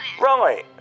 Right